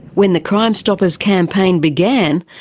when the crime stoppers campaign began,